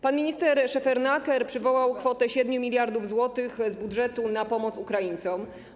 Pan minister Szefernaker przywołał kwotę 7 mld zł z budżetu na pomoc Ukraińcom.